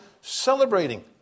celebrating